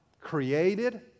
created